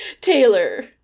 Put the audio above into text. Taylor